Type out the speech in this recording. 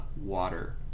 water